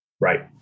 Right